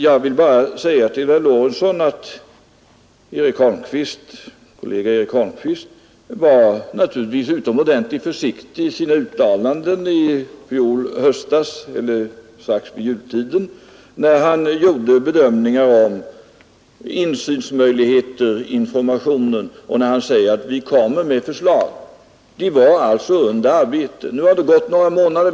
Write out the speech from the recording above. Jag vill säga till herr Lorentzon att inrikesminister Holmqvist naturligtvis var utomordentligt försiktig i sina uttalanden, när han vid jultiden gjorde bedömningar av möjligheterna till insyn och information. Ett förslag var då under arbete. Det har nu gått några månader.